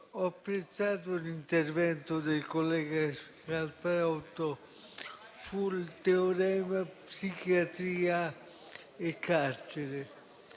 ho apprezzato l'intervento del collega Scalfarotto sul teorema psichiatria e carcere.